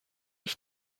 ich